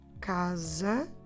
casa